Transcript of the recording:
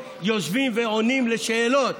יושבים ועונים על שאלות,